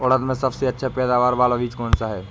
उड़द में सबसे अच्छा पैदावार वाला बीज कौन सा है?